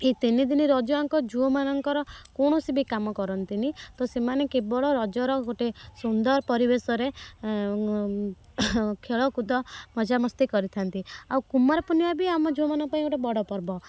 ଏଇ ତିନି ଦିନ ରଜ ଝିଅ ମାନଙ୍କର କୌଣସି ବି କାମ କରନ୍ତିନି ତ ସେମାନେ କେବଳ ରଜର ଗୋଟେ ସୁନ୍ଦର ପରିବେଶରେ ଖେଳ କୁଦ ମଜା ମସ୍ତି କରିଥାନ୍ତି ଆଉ କୁମାର ପୂର୍ଣ୍ଣିମା ବି ଆମ ଝିଅ ମାନଙ୍କ ପାଇଁ ଗୋଟିଏ ବଡ଼ ପର୍ବ